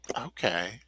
Okay